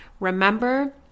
Remember